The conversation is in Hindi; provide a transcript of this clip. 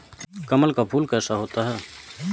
कमल का फूल कैसा होता है?